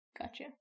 Gotcha